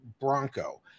Bronco